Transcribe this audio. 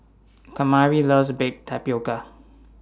Kamari loves Baked Tapioca